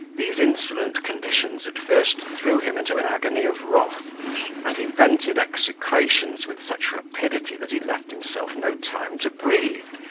these insolent conditions at first threw him into an agony of wrath and he vented execrations with such rapidity that he left himself no time to breathe,